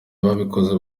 ababikoze